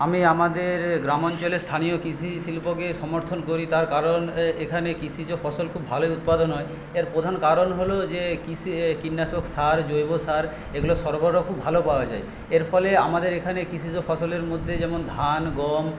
আমি আমাদের গ্রামাঞ্চলের স্থানীয় কৃষিশিল্পকে সমর্থন করি তার কারণ এখানে কৃষিজ ফসল খুব ভালোই উৎপাদন হয় এর প্রধান কারণ হলো যে কীটনাশক সার জৈবসার এগুলো সরবরাহ খুব ভালো পাওয়া যায় এর ফলে আমাদের এখানে কৃষিজ ফসলের মধ্যে যেমন ধান গম